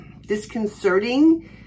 disconcerting